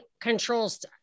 controls